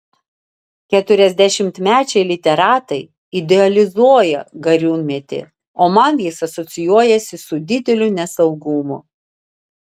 keturiasdešimtmečiai literatai idealizuoja gariūnmetį o man jis asocijuojasi su dideliu nesaugumu